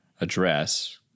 address